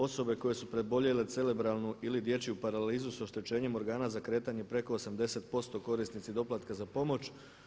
Osobe koje su preboljele cerebralnu ili dječju paralizu sa oštećenjem organa za kretanje preko 80% korisnici doplatka za pomoć.